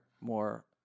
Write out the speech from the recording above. more